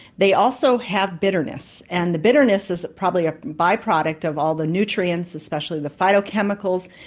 they also have bitterness, and the bitterness is probably a by-product of all the nutrients, especially the phytochemicals,